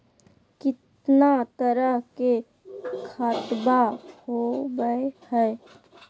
कितना तरह के खातवा होव हई?